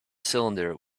cylinder